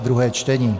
druhé čtení